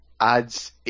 adds